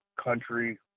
country